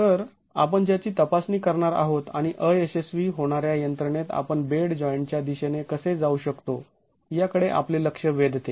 तर आपण ज्याची तपासणी करणार आहोत आणि अयशस्वी होणाऱ्या यंत्रणेत आपण बेड जॉईंट च्या दिशेने कसे जाऊ शकतो याकडे आपले लक्ष वेधते